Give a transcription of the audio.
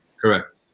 Correct